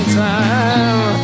time